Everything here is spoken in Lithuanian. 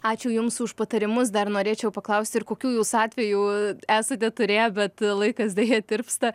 ačiū jums už patarimus dar norėčiau paklausti ir kokių jūs atvejų esate turėję bet laikas deja tirpsta